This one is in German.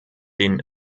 den